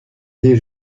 des